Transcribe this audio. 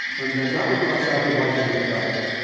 and then that was when i started writing this diary.